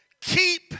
keep